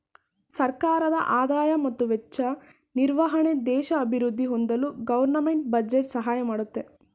ಸರ್ಕಾರದ ಆದಾಯ ಮತ್ತು ವೆಚ್ಚ ನಿರ್ವಹಣೆ ದೇಶ ಅಭಿವೃದ್ಧಿ ಹೊಂದಲು ಗೌರ್ನಮೆಂಟ್ ಬಜೆಟ್ ಸಹಾಯ ಮಾಡುತ್ತೆ